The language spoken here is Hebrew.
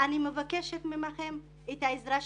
אני מבקשת מכם את העזרה שלכם.